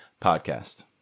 podcast